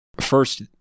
first